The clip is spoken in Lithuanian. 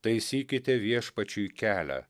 taisykite viešpačiui kelią